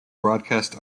broadcast